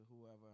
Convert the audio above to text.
whoever